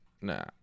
nah